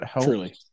Truly